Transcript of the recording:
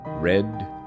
Red